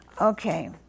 Okay